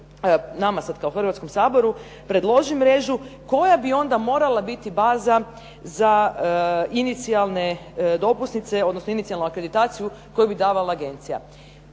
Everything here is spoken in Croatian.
nama sad kao Hrvatskom saboru predloži mrežu koja bi onda morala biti baza za inicijalne dopusnice, odnosno inicijalnu akreditaciju koju bi davala agencija.